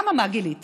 אממה, גיליתי